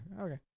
okay